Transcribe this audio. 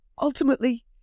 Ultimately